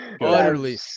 utterly